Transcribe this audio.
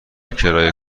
کرایه